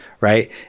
Right